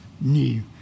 new